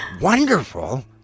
Wonderful